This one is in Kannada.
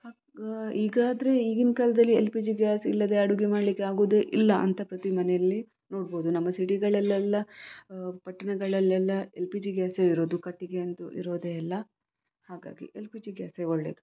ಹಗ್ಗ ಈಗಾದರೆ ಈಗಿನ ಕಾಲದಲ್ಲಿ ಎಲ್ ಪಿ ಜಿ ಗ್ಯಾಸ್ ಇಲ್ಲದೆ ಅಡುಗೆ ಮಾಡಲಿಕ್ಕೆ ಆಗೋದೇ ಇಲ್ಲ ಅಂತ ಪ್ರತಿ ಮನೆಯಲ್ಲಿ ನೋಡ್ಬೌದು ನಮ್ಮ ಸಿಟಿಗಳಲ್ಲೆಲ್ಲ ಪಟ್ಟಣಗಳಲ್ಲೆಲ್ಲ ಎಲ್ ಪಿ ಜಿ ಗ್ಯಾಸೇ ಇರೋದು ಕಟ್ಟಿಗೆ ಅಂತೂ ಇರೋದೇ ಇಲ್ಲ ಹಾಗಾಗಿ ಎಲ್ ಪಿ ಜಿ ಗ್ಯಾಸೇ ಒಳ್ಳೆದು